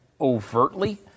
overtly